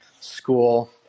school